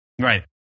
Right